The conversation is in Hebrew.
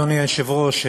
אדוני היושב-ראש,